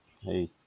Hey